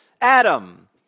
Adam